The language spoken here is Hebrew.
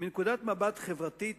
מנקודת מבט חברתית